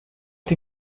die